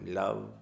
love